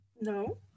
No